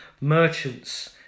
Merchants